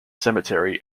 cemetery